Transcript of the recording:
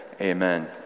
Amen